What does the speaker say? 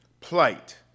plight